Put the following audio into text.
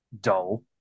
dull